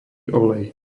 olej